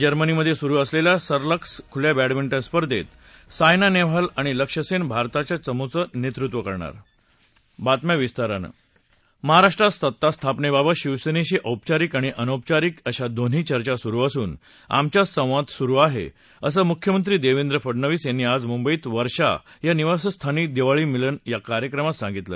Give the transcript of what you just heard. जर्मनीमधे सुरु असलेल्या सार्लर्लक्स खुल्या बॅडमिंटन स्पर्धेत सायना नेहवाल आणि लक्ष्य सेन भारताय चमूचं नेतृत्व करणार महाराष्ट्रात सत्तास्थापनेबाबत शिक्सेनेशी औपचारिक आणि अनौपाचारिक अशा दोन्ही चर्चा सुरु असून आमच्यात संवाद सुरु आहे असं मुख्यमंत्री देवेंद्र फडणवीस यांनी आज मुंबईत वर्षा या निवासस्थानी दिवाळीमिलन या कार्यक्रमात सांगितलं